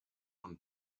und